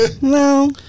No